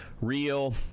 real